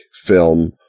film